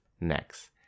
next